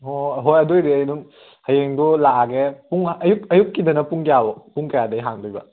ꯍꯣꯍꯣ ꯍꯣꯏ ꯑꯗꯨꯏꯗꯤ ꯑꯩ ꯑꯗꯨꯝ ꯍꯌꯦꯡꯗꯣ ꯂꯥꯛꯑꯒꯦ ꯄꯨꯡ ꯑꯌꯨꯛ ꯑꯌꯨꯛꯛꯤꯗꯅ ꯄꯨꯡ ꯀꯌꯥꯐꯧ ꯄꯨꯡ ꯀꯌꯥꯗꯩ ꯍꯥꯡꯗꯣꯏꯕ